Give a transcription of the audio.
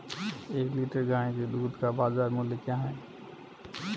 एक लीटर गाय के दूध का बाज़ार मूल्य क्या है?